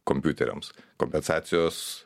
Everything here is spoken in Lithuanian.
kompiuteriams kompensacijos